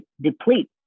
deplete